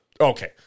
Okay